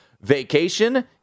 vacation